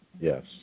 Yes